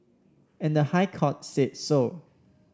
and the High Court said so